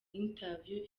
interview